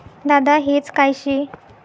दादा हेज काय शे?